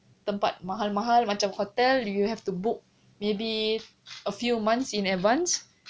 tempat mahal-mahal macam hotel you have to book maybe a few months in advance